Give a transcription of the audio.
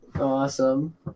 Awesome